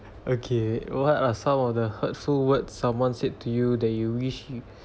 okay what are some of the hurtful words someone said to you that you wish you